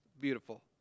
beautiful